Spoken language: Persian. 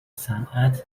صنعت